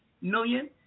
million